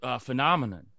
phenomenon